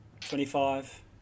Twenty-five